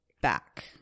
back